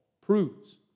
proves